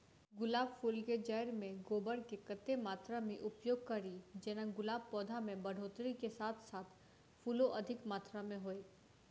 गुलाब फूल केँ जैड़ मे गोबर केँ कत्ते मात्रा मे उपयोग कड़ी जेना गुलाब पौधा केँ बढ़ोतरी केँ साथ साथ फूलो अधिक मात्रा मे होइ?